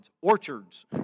orchards